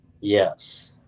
Yes